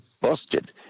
busted